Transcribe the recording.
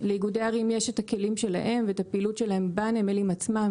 לאיגודי ערים יש הכלים שלהם ואת הפעילות שלהם בנמלים עצמם,